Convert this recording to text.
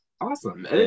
awesome